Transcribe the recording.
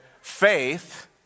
faith